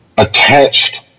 attached